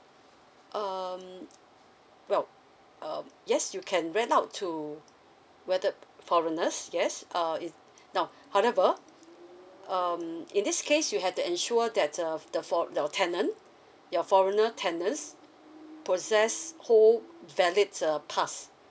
um well uh yes you can rent out to whether foreigners yes uh is now however um \in this case you have to ensure that uh the for~ the tenant your foreigner tenant possess hold valid uh pass